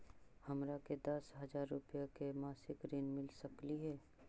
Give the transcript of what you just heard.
हमरा के दस हजार रुपया के मासिक ऋण मिल सकली हे?